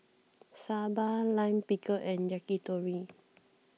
Sambar Lime Pickle and Yakitori